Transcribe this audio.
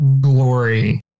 glory